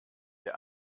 der